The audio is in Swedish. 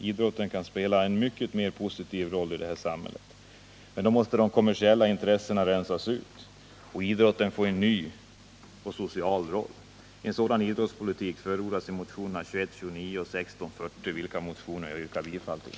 Idrotten kan spela en mycket mer positiv roll i samhället, men då måste de kommersiella intressena rensas ut och idrotten få en ny och social roil. En sådan idrottspolitik förordas i motionerna 2129 och 1640, vilka motioner jag yrkar bifall till.